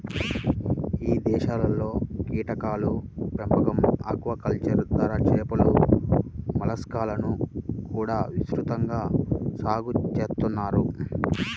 ఇదేశాల్లో కీటకాల పెంపకం, ఆక్వాకల్చర్ ద్వారా చేపలు, మలస్కాలను కూడా విస్తృతంగా సాగు చేత్తన్నారు